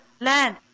land